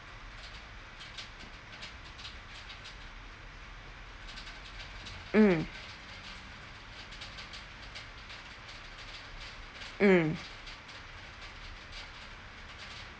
mm mm